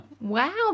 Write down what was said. Wow